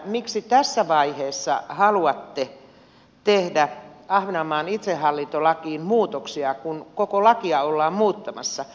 miksi tässä vaiheessa haluatte tehdä ahvenanmaan itsehallintolakiin muutoksia kun koko lakia ollaan muuttamassa